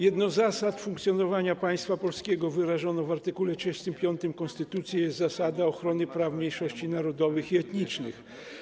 Jedną z zasad funkcjonowania państwa polskiego, wyrażoną w art. 35 konstytucji, jest zasada ochrony praw mniejszości narodowych i etnicznych.